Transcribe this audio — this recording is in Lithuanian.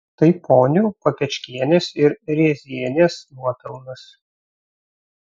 tai ponių papečkienės ir rėzienės nuopelnas